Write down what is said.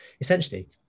essentially